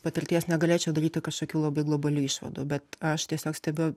patirties negalėčiau daryti kažkokių labai globalių išvadų bet aš tiesiog stebiu